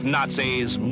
Nazis